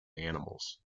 animals